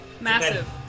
Massive